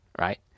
right